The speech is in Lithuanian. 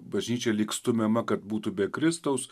bažnyčia lyg stumiama kad būtų be kristaus